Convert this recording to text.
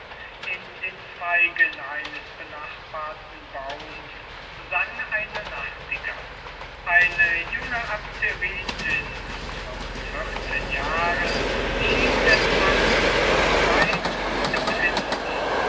in den zweigen eines benachbarten baums sang eine nachtigall eine junge abderitin von vierzehn jahren schien etwas dabei zu empfinden